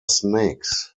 snakes